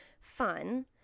fun